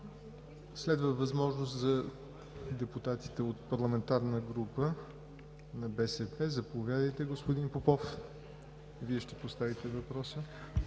Следва възможност за депутатите от парламентарната група на БСП. Заповядайте, господин Попов, имате думата.